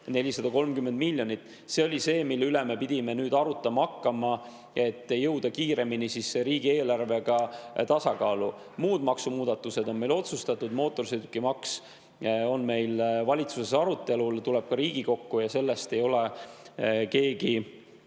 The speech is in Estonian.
430 miljonit. See oli see, mille üle me pidime nüüd arutama hakkama, et jõuda kiiremini riigieelarvega tasakaalu. Muud maksumuudatused on otsustatud. Mootorsõidukimaks on meil valitsuses arutelul, see tuleb ka Riigikokku ja sellest ei ole keegi